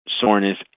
soreness